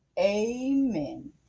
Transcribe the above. Amen